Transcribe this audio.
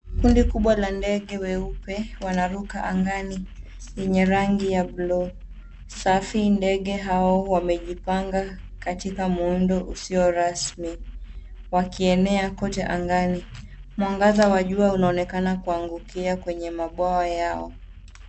Kundi kubwa la ndege weupe wanaruka angani yenye rangi ya buluu safi. Ndege hawa wamejipanga katika muundo usio rasmi wakienea kote angani. Mwangaza wa jua unaonekana kuangukia kwenye mabawa yao.